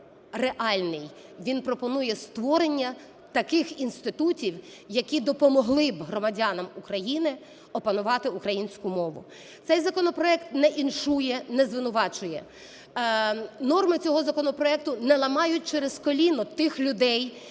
реальний він пропонує створення таких інститутів, які б допомогли громадянам України опанувати українську мову. Цей законопроект не іншує, не звинувачує, норми цього законопроекту не ламають через коліно тих людей,